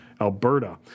Alberta